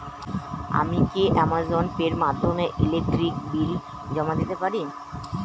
আমি কি Amazon Pay এর মাধ্যমে ইলেকট্রিক বিল জমা দিতে পারি?